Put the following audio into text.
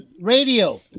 radio